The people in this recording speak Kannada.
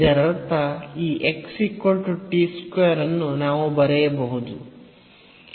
ಇದರರ್ಥ ಈ x t 2 ಅನ್ನು ನಾವು ಬರೆಯಬಹುದು